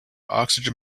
oxygen